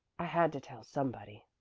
i had to tell somebody.